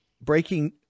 Breaking